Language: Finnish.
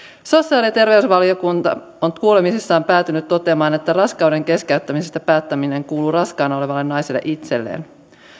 sosiaali ja terveysvaliokunta on kuulemisissaan päätynyt toteamaan että raskauden keskeyttämisestä päättäminen kuuluu raskaana olevalle naiselle itselleen